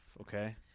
okay